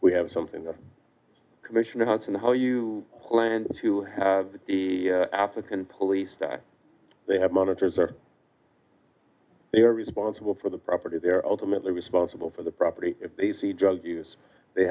we have something the commission wants and how you plan to have the african police that they have monitors or they are responsible for the property they are ultimately responsible for the property if they see drug use they